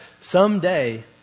someday